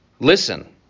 Listen